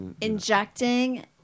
Injecting